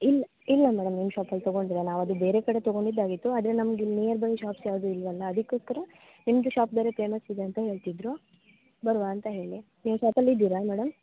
ಇಲ್ಲಿ ಇಲ್ಲ ಮೇಡಮ್ ನಿಮ್ಮ ಶಾಪಲ್ಲಿ ತಗೊಂಡಿಲ್ಲ ನಾವು ಅದು ಬೇರೆ ಕಡೆ ತಗೊಂಡಿದ್ದಾಗಿತ್ತು ಆದರೆ ನಮ್ಗೆ ಇಲ್ಲಿ ನಿಯರ್ ಬೈ ಶಾಪ್ಸ್ ಯಾವ್ದು ಇಲ್ವಲ್ಲ ಅದಕೋಸ್ಕರ ನಿಮ್ಮದು ಶಾಪ್ಸ್ ಬೇರೆ ಫೇಮಸ್ ಇದೆ ಅಂತ ಹೇಳ್ತಿದ್ರು ಬರುವಾ ಅಂತ ಹೇಳಿ ನೀವು ಶಾಪಲ್ಲಿ ಇದ್ದೀರ ಮೇಡಮ್